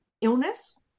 illness